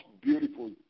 beautiful